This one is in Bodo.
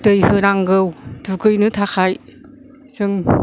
दै होनांगौ दुगैनो थाखाय जों